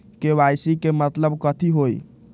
KYC के मतलब कथी होई?